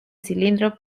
cilindro